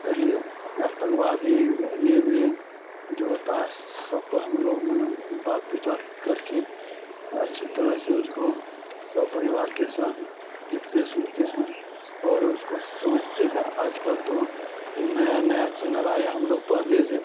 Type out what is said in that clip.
कहीं आतंकवादी जे वे जो होता है सब पर हम लोग मने बात विचार करके आची तरह से उसको सपरिवार के सात देखते सुनते हैं और उसको समझते हैं आजकल तो नया नया चैनल आ गया हम लोग पहले से